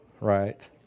right